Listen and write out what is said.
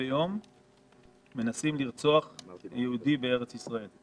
ביום מנסים לרצוח יהודי בארץ ישראל.